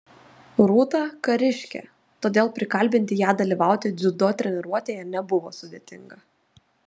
rūta kariškė todėl prikalbinti ją dalyvauti dziudo treniruotėje nebuvo sudėtinga